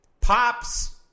Pops